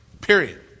Period